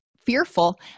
fearful